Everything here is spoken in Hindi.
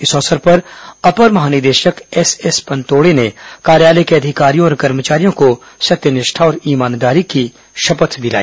इस अवसर पर अपर महानिदेशक एसएस पनतोड़े ने कार्यालय के अधिकारियों और कर्मचारियों को सत्यनिष्ठा और ईमानदारी की शपथ दिलाई